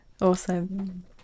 Awesome